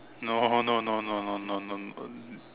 no no no no no no no no